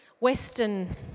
Western